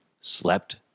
slept